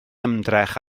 ymdrech